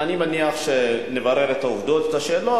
ואני מניח שנברר את העובדות ואת השאלות.